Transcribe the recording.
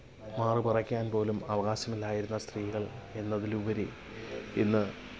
മാറ് മറയ്ക്കാന് പോലും അവകാശമില്ലായിരുന്ന സ്ത്രീകള് എന്നതിലുപരി ഇന്ന്